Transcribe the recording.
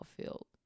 field